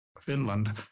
Finland